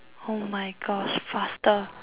oh my gosh faster